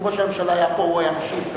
האם כבוד השר פלד הוא המשיב על הצעה זו?